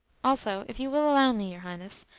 also, if you will allow me, your highness,